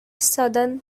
southern